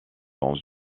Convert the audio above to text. dans